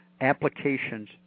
applications